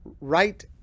right